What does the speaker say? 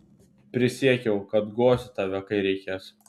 prisiekiau kad guosiu tave kai reikės